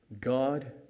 God